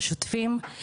השוטפים.